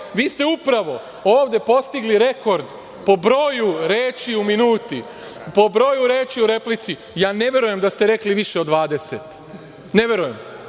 Vi ste upravo postigli rekord po broju reči u minuti, po broju reči u replici. Ja ne verujem da ste rekli više od 20. Nisam